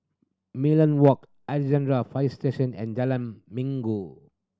Merlion Walk Alexandra Fire Station and Jalan Minggu